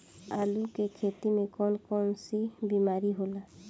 आलू की खेती में कौन कौन सी बीमारी होला?